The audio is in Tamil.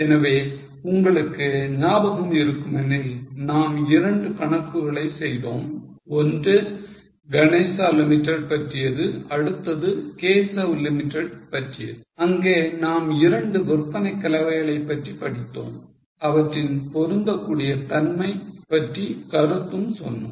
எனவே உங்களுக்கு ஞாபகம் இருக்குமெனில் நாம் இரண்டு கணக்குகளை செய்தோம் ஒன்று Ganesha limited பற்றியது அடுத்தது Keshav limited பற்றியது அங்கே நாம் இரண்டு விற்பனை கலவைகளைப் பற்றி படித்தோம் அவற்றின் பொருந்தக்கூடிய தன்மை பற்றி கருத்தும் சொன்னோம்